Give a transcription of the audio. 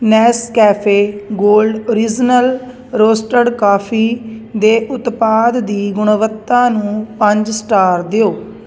Nescafe gold original roasted coffee ਦੇ ਉਤਪਾਦ ਦੀ ਗੁਣਵੱਤਾ ਨੂੰ ਪੰਜ ਸਟਾਰ ਦਿਓ